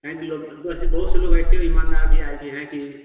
time लोग ऐसे बहुत से लोग ऐसे ईमानदार भैया भी हैं कि